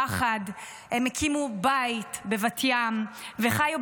יחד הקימו בית בבת ים וחיו,